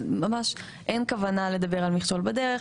אין כוונה לדבר על מכשול בדרך,